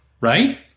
right